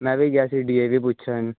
ਮੈਂ ਵੀ ਗਿਆ ਸੀ ਡੀ ਏ ਵੀ ਪੁੱਛਣ